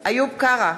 איוב קרא,